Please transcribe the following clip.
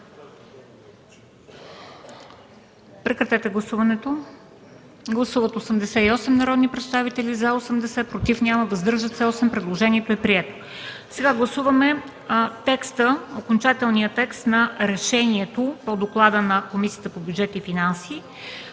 септември 2013 г. Гласували 88 народни представители: за 80, против няма, въздържали се 8. Предложението е прието. Гласуваме окончателния текст на решението по доклада на Комисията по бюджет и финанси,